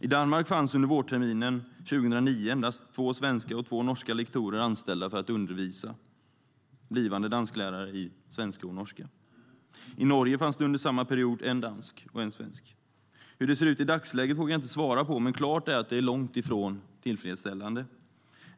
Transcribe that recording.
I Danmark fanns under vårterminen 2009 endast två svenska och två norska lektorer anställda för att undervisa blivande dansklärare i svenska och norska. I Norge fanns det under samma period en dansk och en svensk. Hur det ser ut i dagsläget vågar jag inte svara på, men klart är att det är långt ifrån tillfredsställande.